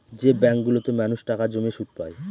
যে ব্যাঙ্কগুলোতে মানুষ টাকা জমিয়ে সুদ পায়